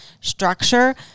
structure